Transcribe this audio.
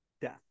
death